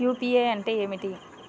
UPI అంటే ఏమిటీ?